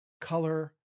color